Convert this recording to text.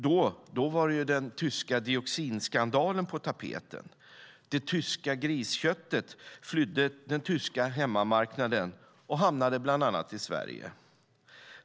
Då var den tyska dioxinskandalen på tapeten. Det tyska grisköttet flydde den tyska hemmamarknaden och hamnade bland annat i Sverige.